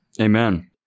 amen